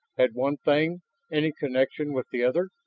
had one thing any connection with the other?